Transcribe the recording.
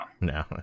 no